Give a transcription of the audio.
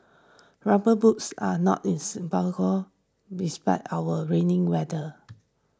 rubber boots are not in respect our rainy weather